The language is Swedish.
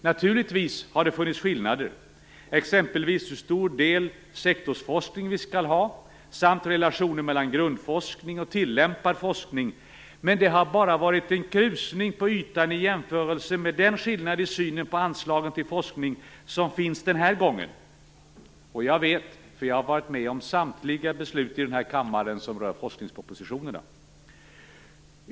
Naturligtvis har det funnits skillnader, i fråga om exempelvis hur stor del sektorsforskning vi skall ha samt relationen mellan grundforskningen och tillämpad forskning, men det har bara varit en krusning på ytan i jämförelse med den skillnad i synen på anslagen till forskning som finns den här gången. Jag vet, för jag har varit med om samtliga beslut i den här kammaren som rör forskningspropositionerna.